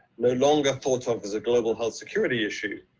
no longer thought of as a global health security issue,